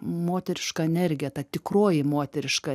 moteriška energija ta tikroji moteriška